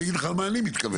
אני אגיד לך מה אני מתכוון.